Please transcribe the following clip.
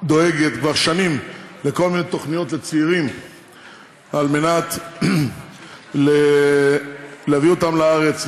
דואגת כבר שנים לכל מיני תוכניות לצעירים על מנת להביא אותם לארץ,